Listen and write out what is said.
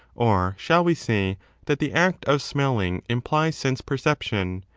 or shall we say that the act of smelling implies sense-perception,